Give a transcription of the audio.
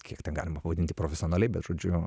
kiek ten galima pavadinti profesionaliai bet žodžiu